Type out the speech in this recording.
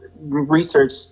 research